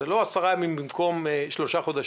זה לא 10 ימים במקום 3 חודשים.